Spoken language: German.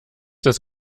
das